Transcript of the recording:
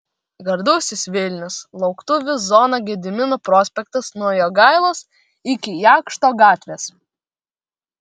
gardusis vilnius lauktuvių zona gedimino prospektas nuo jogailos iki jakšto gatvės